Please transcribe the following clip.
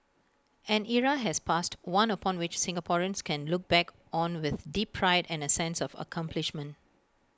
an era has passed one upon which Singaporeans can look back on with deep pride and A sense of accomplishment